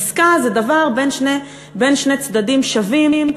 עסקה זה דבר בין שני צדדים שווים,